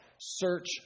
search